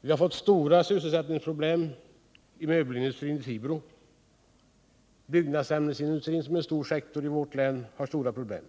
Vi har fått stora sysselsättningsproblem inom möbelindustrin i Tibro, och byggnadsämnesindustrin, som är en stor sektor i vårt län, har också stora problem.